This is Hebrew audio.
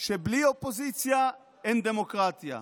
שבלי אופוזיציה אין דמוקרטיה.